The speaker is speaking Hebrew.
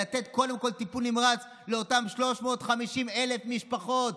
לתת קודם כול טיפול נמרץ לאותם 350,000 משפחות,